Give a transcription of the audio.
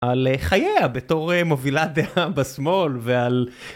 על חייה בתור מובילת דעה בשמאל ועל...